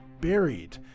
buried